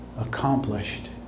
accomplished